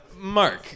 Mark